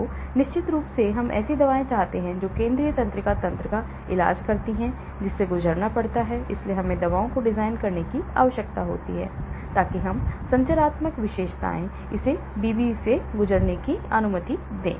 तो निश्चित रूप से हम ऐसी दवाएं चाहते हैं जो केंद्रीय तंत्रिका तंत्र का इलाज करती हैं जिससे गुजरना पड़ता है इसलिए हमें दवाओं को डिजाइन करने की आवश्यकता होती है ताकि संरचनात्मक विशेषताएं इसे BBB से गुजरने की अनुमति दें